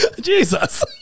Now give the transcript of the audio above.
Jesus